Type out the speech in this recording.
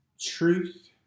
truth